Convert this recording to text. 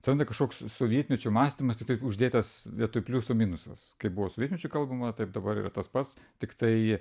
atsiranda kažkoks sovietmečio mąstymas tiktais uždėtas vietoj pliusų minusas kai buvo sovietmečiu kalbama taip dabar yra tas pats tiktai